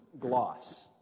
gloss